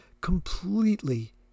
completely